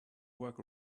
work